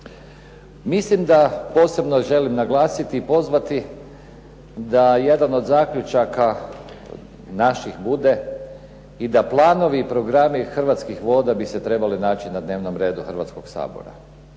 Mislim da posebno želim naglasiti i pozvati da jedan od naših zaključaka bude i da planovi i programi Hrvatskih voda bi se trebali naći na dnevnom redu Hrvatskog sabora.